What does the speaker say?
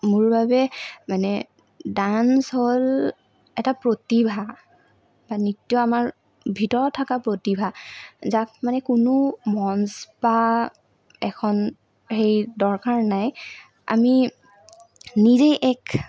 মোৰ বাবে মানে ডান্স হ'ল এটা প্ৰতিভা বা নৃত্য় আমাৰ ভিতৰত থকা প্ৰতিভা যাক মানে কোনো মঞ্চ বা এখন হেৰিৰ দৰকাৰ নাই আমি নিজেই এক